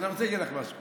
אני רוצה להגיד לך משהו,